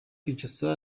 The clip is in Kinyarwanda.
kinshasa